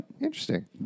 Interesting